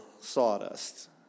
sawdust